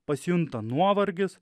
pasijunta nuovargis